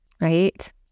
right